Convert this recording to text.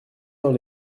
dans